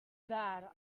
bad